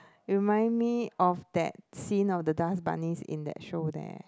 remind me of that scene of the dust bunnies in that show there